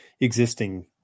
existing